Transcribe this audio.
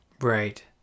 right